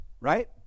Right